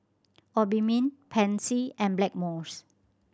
Obimin Pansy and Blackmores